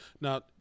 Now